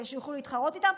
כדי שיוכלו להתחרות איתם,